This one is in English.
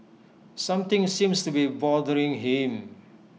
something seems to be bothering him